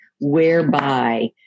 whereby